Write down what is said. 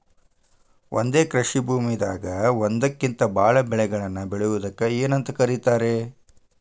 ಒಂದೇ ಕೃಷಿ ಭೂಮಿದಾಗ ಒಂದಕ್ಕಿಂತ ಭಾಳ ಬೆಳೆಗಳನ್ನ ಬೆಳೆಯುವುದಕ್ಕ ಏನಂತ ಕರಿತಾರೇ?